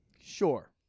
Sure